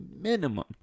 minimum